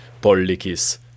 pollicis